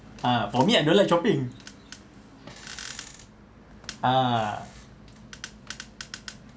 ah for me I don't like shopping ah